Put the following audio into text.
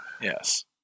Yes